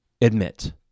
admit